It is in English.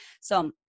So-